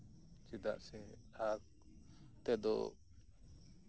ᱪᱮᱫᱟᱜ ᱥᱮ ᱞᱟᱦᱟ ᱛᱮᱫᱚ